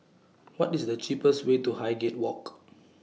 What IS The cheapest Way to Highgate Walk